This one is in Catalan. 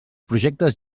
projectes